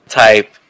type